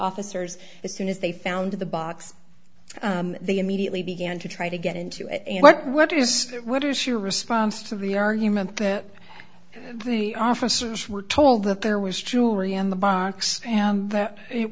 officers as soon as they found the box they immediately began to try to get into it and what does it what is your response to the argument that the officers were told that there was jewelry on the box that it